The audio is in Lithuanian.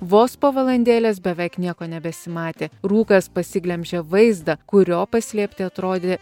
vos po valandėlės beveik nieko nebesimatė rūkas pasiglemžė vaizdą kurio paslėpti atrodė